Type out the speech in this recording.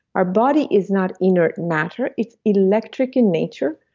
our body is not inert matter, it's electric in nature,